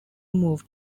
move